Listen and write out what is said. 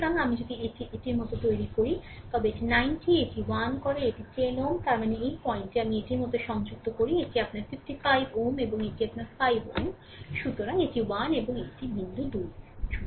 সুতরাং আমি যদি এটি এটির মতো করে তৈরি করি তবে এটি 90 এটি 1 করে এটি 10 Ω তার মানে এই পয়েন্টটি আমি এটির মতো সংযুক্ত করি এবং এটি আপনার 55 Ω এবং এটি আপনার 5 Ω সুতরাং এটি 1 এবং এই বিন্দু 2